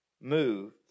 Move